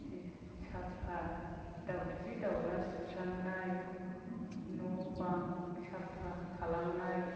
साफा दावखि दावला सिबस्रांनाय न' बां साफा खालामनाय